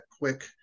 quick